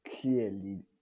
clearly